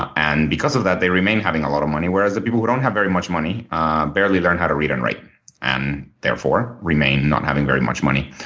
and because of that they remain having a lot of money, whereas the people who don't have very much money barely learn how to read and write and therefore remain not having very much money.